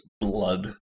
Blood